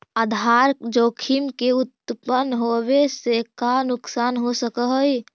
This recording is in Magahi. आधार जोखिम के उत्तपन होवे से का नुकसान हो सकऽ हई?